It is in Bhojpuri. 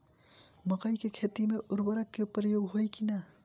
मकई के खेती में उर्वरक के प्रयोग होई की ना?